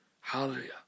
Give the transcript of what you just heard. Hallelujah